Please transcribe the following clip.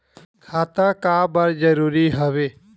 खाता का बर जरूरी हवे?